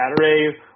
Saturday